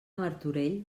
martorell